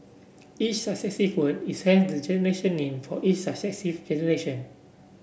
each successive word is hence the generation name for each successive generation